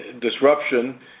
disruption